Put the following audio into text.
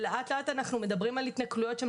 ולאט-לאט אנחנו מדברים על התנכלויות שהן